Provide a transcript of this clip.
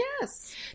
Yes